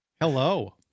hello